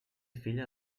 filla